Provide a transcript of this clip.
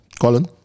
Colin